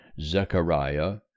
Zechariah